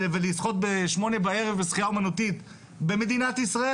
ולשחות בשמונה בערב שחיה אומנותית במדינת ישראל?